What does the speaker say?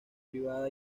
privada